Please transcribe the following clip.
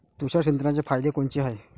तुषार सिंचनाचे फायदे कोनचे हाये?